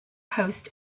post